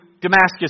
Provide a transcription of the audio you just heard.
Damascus